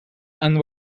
and